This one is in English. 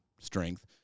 strength